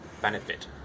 benefit